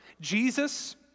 Jesus